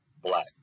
black